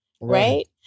right